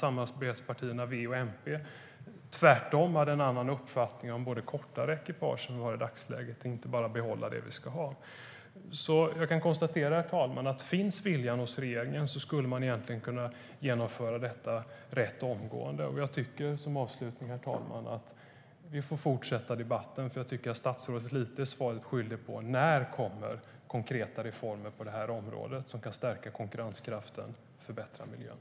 Samarbetspartierna V och MP hade tvärtom en annan uppfattning, till och med om kortare ekipage än vi har i dagsläget och inte bara om att behålla det vi har. Herr ålderspresident! Avslutningsvis tycker jag att vi får fortsätta debatten, för jag tycker att statsrådet är lite grann svaret skyldig när det gäller när det kommer konkreta reformer på området som kan stärka konkurrenskraften och förbättra miljön.